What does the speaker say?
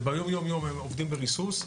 וביום יום הם עובדים בריסוס,